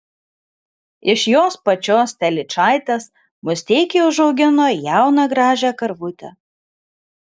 iš jos pačios telyčaitės musteikiai užsiaugino jauną gražią karvutę